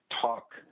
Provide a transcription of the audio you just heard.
talk